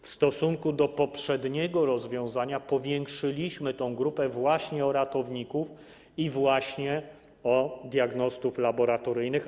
W stosunku do poprzedniego rozwiązania powiększyliśmy tę grupę właśnie o ratowników i o diagnostów laboratoryjnych.